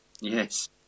Yes